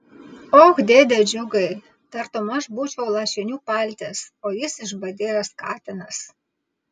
och dėde džiugai tartum aš būčiau lašinių paltis o jis išbadėjęs katinas